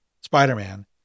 Spider-Man